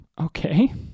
Okay